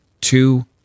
two